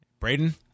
Braden